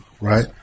right